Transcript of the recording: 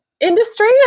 industry